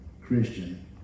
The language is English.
christian